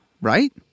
right